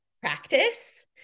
practice